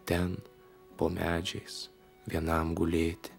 ten po medžiais vienam gulėti